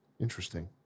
Interesting